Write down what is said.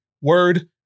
word